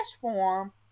form